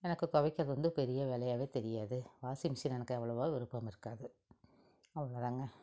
எனக்கு துவைக்கிறது வந்து பெரிய வேலையாகவே தெரியாது வாஷிங் மிஷின் எனக்கு அவ்வளோவா விரும்பம் இருக்காது அவ்வளோ தாங்க